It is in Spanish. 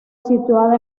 situada